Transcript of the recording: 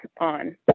on